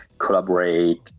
collaborate